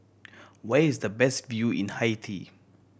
where is the best view in Haiti